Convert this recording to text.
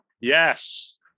Yes